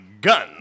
gun